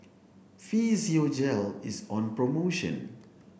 Physiogel is on promotion